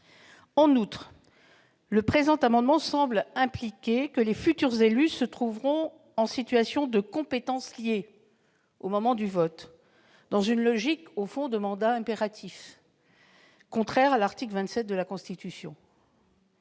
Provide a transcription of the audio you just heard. Ensuite, le présent amendement semble impliquer que les futurs élus se trouveront en situation de compétence liée au moment du vote, dans une logique, au fond, de mandat impératif, ce qui est contraire à l'article 27 de la Constitution.